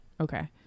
Okay